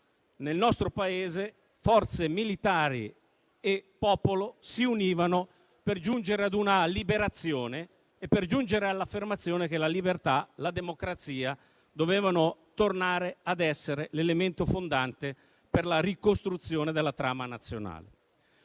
nel nostro Paese forze militari e popolo si univano per giungere a una liberazione e all'affermazione che la libertà e la democrazia dovevano tornare a essere l'elemento fondante per la ricostruzione della trama nazionale.